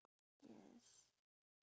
yes